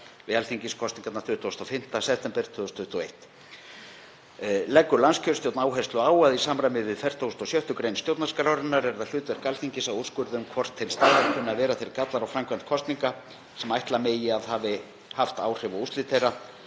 við alþingiskosningarnar 25. september 2021. Leggur landskjörstjórn áherslu á að í samræmi við 46. gr. stjórnarskrárinnar er það hlutverk Alþingis að úrskurða um hvort til staðar kunni að vera þeir gallar á framkvæmd kosninga sem ætla megi að hafi haft áhrif á úrslit þeirra,